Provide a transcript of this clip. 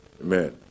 Amen